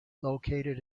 located